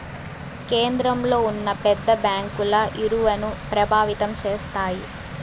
కేంద్రంలో ఉన్న పెద్ద బ్యాంకుల ఇలువను ప్రభావితం చేస్తాయి